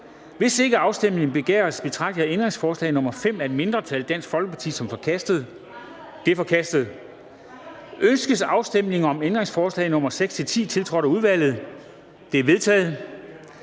Hvis ikke afstemning begæres, betragter jeg ændringsforslag nr. 5 af et mindretal (DF) som forkastet. Det er forkastet. Ønskes afstemning om ændringsforslag nr. 6-10, tiltrådt af udvalget? De er vedtaget.